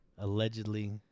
allegedly